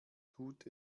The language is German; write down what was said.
tut